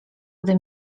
gdy